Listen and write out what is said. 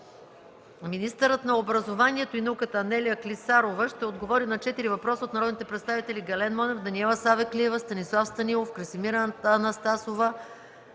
Министърът на образованието и науката Анелия Клисарова ще отговори на четири въпроса от народните представители Гален Монев; Даниела Савеклиева; Станислав Станилов; Красимира Анастасова